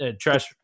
trash